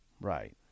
Right